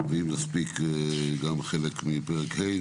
ואם נספיק גם חלק מפרק ה'.